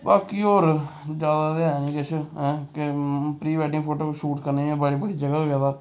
बाकी होर जादा ते ऐ निं किश ऐ प्री वैडिंग फोटो शूट करने इ'यां बड़ी बड़ी जगह गेदा